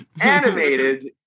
animated